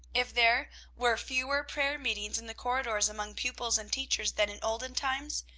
if there were fewer prayer-meetings in the corridors among pupils and teachers than in olden times,